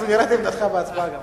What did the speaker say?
אנחנו נראה את עמדתך בהצבעה גם.